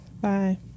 Bye